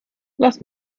lass